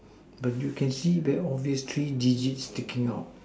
but you can see the obvious three digits sticking out